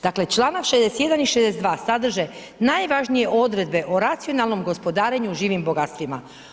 Dakle, čl. 61. i 62. sadrže najvažnije odredbe o racionalnom gospodarenju živim bogatstvima.